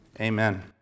amen